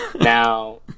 Now